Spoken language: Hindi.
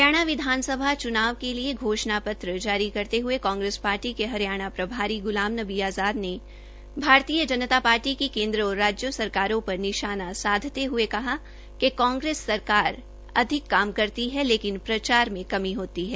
हरियाणा विधानसभा चुनाव के लिए घोषण पत्र जारी करते हये कांग्रेस पार्टी के हरियाणा प्रभारी गुलामनबी आज़ाद ने भारतीय जनता पार्टी की केन्द्र और राज्य सरकारों पर निशान साधते हये कहा कि कांग्रेस सरकार अधिक काम करती है लेकिन प्रचार में कमी होती है